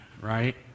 right